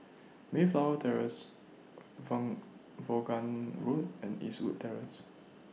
Mayflower Terrace Vaughan Road and Eastwood Terrace